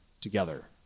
together